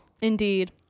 Indeed